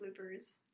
bloopers